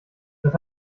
das